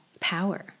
Power